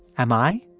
am i?